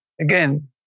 again